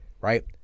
right